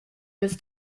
was